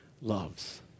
loves